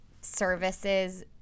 services